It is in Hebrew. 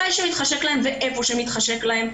מתי שמתחשק להם ואיפה שמתחשק להם.